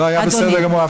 לא, היה בסדר גמור.